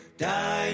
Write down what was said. die